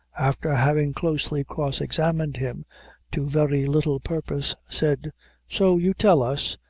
after having closely cross-examined him to very little purpose, said so you tell us,